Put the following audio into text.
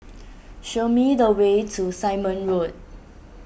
show me the way to Simon Road